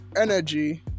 energy